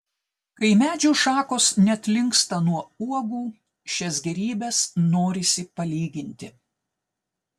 kai medžių šakos net linksta nuo uogų šias gėrybes norisi palyginti